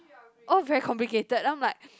all very complicated then I'm like